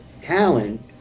talent